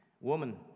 Woman